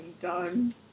done